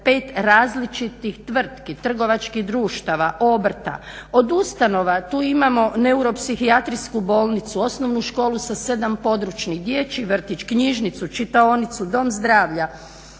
145 različitih tvrtki, trgovačkih društava, obrta. Od ustanova tu imamo Neuropsihijatrijsku bolnicu, osnovnu školu sa 7 područnih, dječji vrtić, knjižnicu, čitaonicu, dom zdravlja